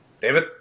David